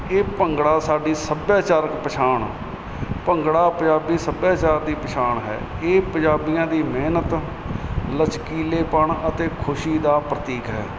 ਇਹ ਭੰਗੜਾ ਸਾਡੀ ਸੱਭਿਆਚਾਰਕ ਪਛਾਣ ਭੰਗੜਾ ਪੰਜਾਬੀ ਸੱਭਿਆਚਾਰ ਦੀ ਪਛਾਣ ਹੈ ਇਹ ਪੰਜਾਬੀਆਂ ਦੀ ਮਿਹਨਤ ਲਚਕੀਲੇਪਣ ਅਤੇ ਖੁਸ਼ੀ ਦਾ ਪ੍ਰਤੀਕ ਹੈ